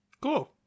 Cool